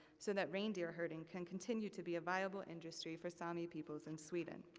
so that reindeer herding can continue to be a viable industry for sami peoples in sweden.